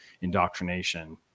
indoctrination